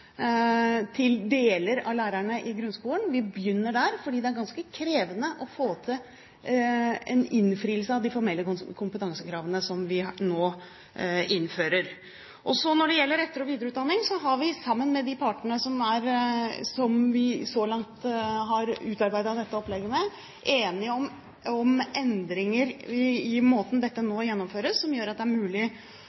til en del av lærerne i grunnskolen. Vi begynner der, for det er ganske krevende å få til en innfriing av de formelle kompetansekravene som vi nå innfører. Når det gjelder etter- og videreutdanning, har vi, sammen med de partene som vi så langt har utarbeidet dette opplegget med, blitt enige om endringer i måten dette